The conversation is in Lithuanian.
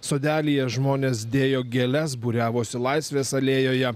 sodelyje žmonės dėjo gėles būriavosi laisvės alėjoje